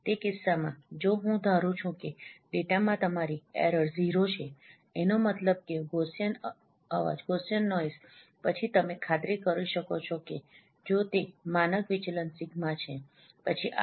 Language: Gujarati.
તે કિસ્સામાં જો હું ધારું છું કે ડેટામાં તમારી એરર ઝીરો છે એનો મતલબ કે ગૌસિઅન અવાજ પછી તમે ખાતરી કરી શકો છો કે જો તે માનક વિચલન સિગ્માσ છે પછી આ થ્રેશોલ્ડ 1